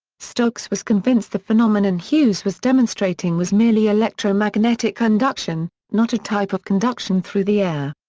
stokes was convinced the phenomenon hughes was demonstrating was merely electromagnetic induction, not a type of conduction through the air.